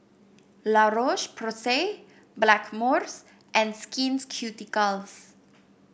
La Roche Porsay Blackmores and Skins Ceuticals